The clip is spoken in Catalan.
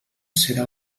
serà